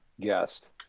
guest